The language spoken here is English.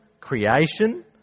creation